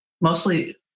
mostly